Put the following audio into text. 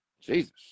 Jesus